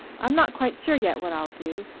i'm not quite sure yet what i'll do.